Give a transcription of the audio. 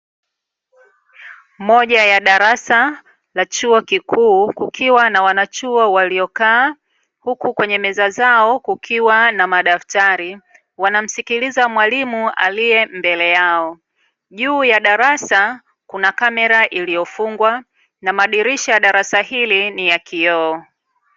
Moja ya darasa la chuo kikuu kukiwa na wanachuo walio kaa, huku kwenye meza zao kukiwa na madaftari, wanamsikiliza mwalimu aliye mbele yao. Juu ya darasa kuna kamera iliyo fungwa na madirisha ya darasa hili ni ya kioo.